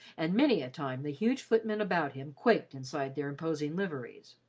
and many a time the huge footmen about him quaked inside their imposing liveries.